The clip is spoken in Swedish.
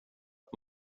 att